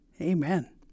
Amen